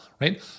right